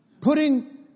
Putting